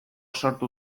sortu